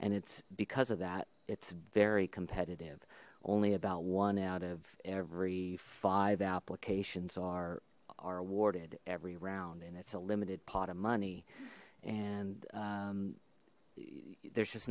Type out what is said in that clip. and it's because of that it's very competitive only about one out of every five applications are are awarded every round and it's a limited pot of money and there's just